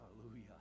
hallelujah